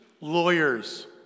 Lawyers